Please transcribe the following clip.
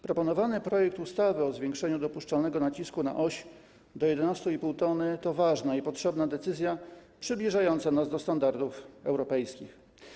Proponowany projekt ustawy o zwiększeniu dopuszczalnego nacisku na oś do 11,5 t oznacza ważną i potrzebną decyzję, przybliżającą nas do standardów europejskich.